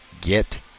get